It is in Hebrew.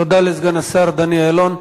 תודה לסגן השר דני אילון.